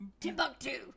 Timbuktu